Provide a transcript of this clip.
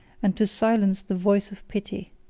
and to silence the voice of pity.